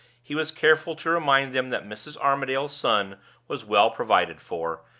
he was careful to remind them that mrs. armadale's son was well provided for,